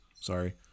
Sorry